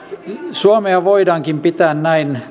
suomea voidaankin pitää näin